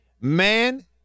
man